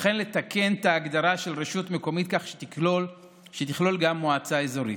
וכן לתקן את ההגדרה של רשות מקומית כך שתכלול גם מועצה אזורית.